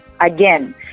Again